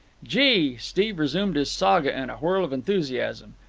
gee! steve resumed his saga in a whirl of enthusiasm.